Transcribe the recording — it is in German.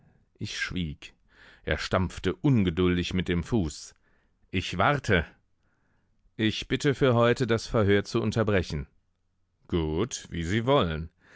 ich schwieg er stampfte ungeduldig mit dem fuß ich warte ich bitte für heute das verhör zu unterbrechen gut wie sie wollen